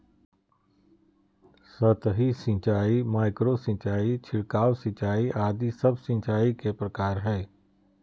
सतही सिंचाई, माइक्रो सिंचाई, छिड़काव सिंचाई आदि सब सिंचाई के प्रकार हय